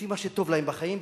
לפי מה שטוב להם בחיים,